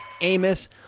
Amos